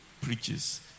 preaches